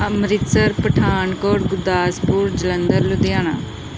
Amritsar Pathankot Gurdaspur Jalandhar Ludhiana